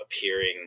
appearing